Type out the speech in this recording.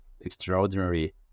extraordinary